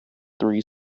three